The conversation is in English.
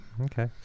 Okay